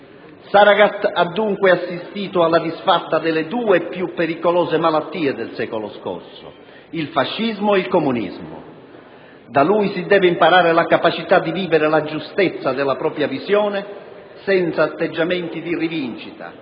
Saragat ha dunque assistito alla disfatta delle due più pericolose malattie del secolo scorso: il fascismo e il comunismo; da lui si deve imparare la capacità di vivere la giustezza della propria visione senza atteggiamenti di rivincita